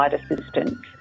assistance